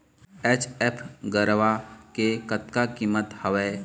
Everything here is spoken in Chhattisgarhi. एच.एफ गरवा के कतका कीमत हवए?